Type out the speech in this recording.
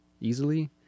easily